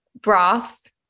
Broths